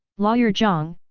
lawyer zhang,